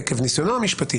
עקב ניסיונו המשפטי